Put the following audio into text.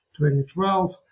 2012